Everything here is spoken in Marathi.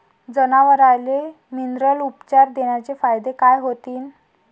जनावराले मिनरल उपचार देण्याचे फायदे काय होतीन?